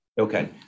Okay